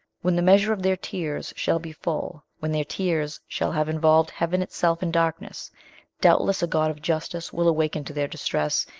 when the measure of their tears shall be full when their tears shall have involved heaven itself in darkness doubtless a god of justice will awaken to their distress,